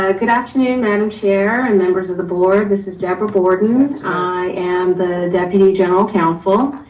ah good afternoon madam chair and members of the board. this is deborah borden. i am the deputy general counsel,